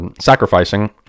sacrificing